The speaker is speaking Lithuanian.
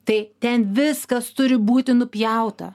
tai ten viskas turi būti nupjauta